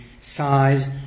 size